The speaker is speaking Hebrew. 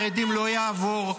הדבר הזה של התעמרות בחרדים לא יעבור,